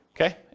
Okay